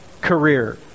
career